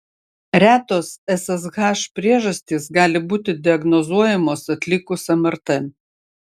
retos ssh priežastys gali būti diagnozuojamos atlikus mrt